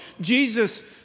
Jesus